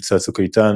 מבצע צוק איתן,